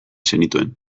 zenituen